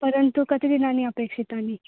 परन्तु कति दिनानि अपेक्षितानि